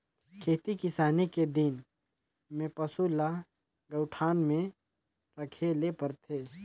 खेती किसानी के दिन में पसू ल गऊठान में राखे ले परथे